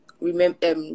remember